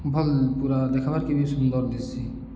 ଭଲ୍ ପୁରା ଦେଖବାର୍କେ ବି ସୁନ୍ଦର ଦିଶଚି